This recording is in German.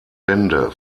wende